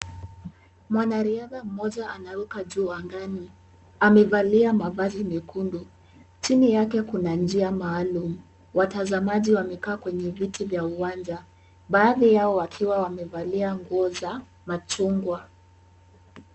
Mwanariadha mmoja anaruka juu angani amevalia mavazi mekundu. Chini yake kuna njia maalum, watazamaji wamekaa kwenye viti vya uwanja baadhi yao wakiwa wamevalia nguo za machungwa.